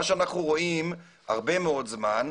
מה שאנחנו רואים הרבה מאוד זמן,